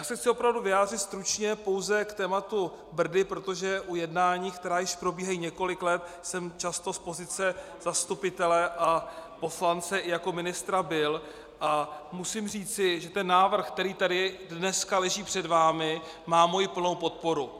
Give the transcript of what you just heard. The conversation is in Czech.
Chci se opravdu vyjádřit stručně pouze k tématu Brdy, protože u jednání, která již probíhají několik let, jsem často z pozice zastupitele a poslance i jako ministra byl, a musím říci, že návrh, který tady dneska leží před vámi, má moji plnou podporu.